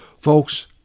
Folks